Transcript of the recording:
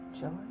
joy